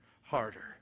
harder